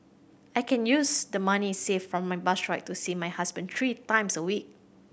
I can use the money saved for my bus ride to see my husband three times a week